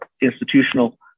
institutional